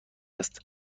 است